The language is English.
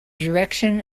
direction